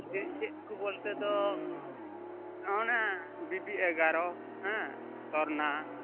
ᱪᱮᱫ ᱪᱮᱫ ᱠᱚ ᱵᱚᱞᱛᱮ ᱫᱚ ᱚᱱᱟ ᱵᱤᱵᱤ ᱮᱜᱟᱨᱚ ᱥᱚᱨᱱᱟ